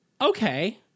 okay